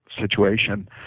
situation